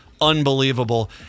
Unbelievable